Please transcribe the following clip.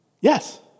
yes